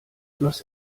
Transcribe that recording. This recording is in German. los